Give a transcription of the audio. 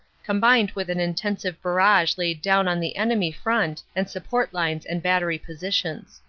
combined with an intensive barrage laid down on the enemy front and support lines and battery positions.